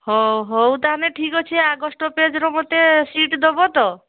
ହେଉ ହେଉ ତାହେନେ ଠିକ ଅଛି ଆଗ ସ୍ଟପେଜରେ ମୋତେ ସିଟ୍ ଦେବ ତ